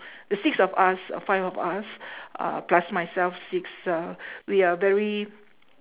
the six of us or five of us uh plus myself six uh we are very